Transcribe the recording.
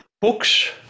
books